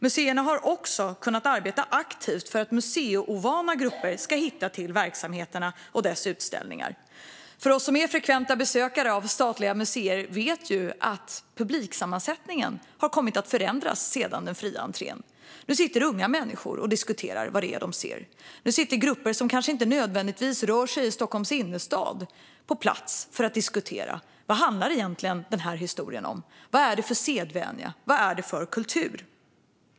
Museerna har också kunnat arbeta aktivt för att museiovana grupper ska hitta till verksamheterna och deras utställningar. Vi som är frekventa besökare av statliga museer vet ju att publiksammansättningen har kommit att förändras sedan den fria entrén infördes. Nu sitter unga människor och diskuterar vad det är som de ser. Nu sitter grupper som kanske inte nödvändigtvis rör sig i Stockholms innerstad på plats för att diskutera. Vad handlar egentligen den här historien om? Vad är det för sedvänja? Vad är det för kultur?